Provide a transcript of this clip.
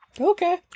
Okay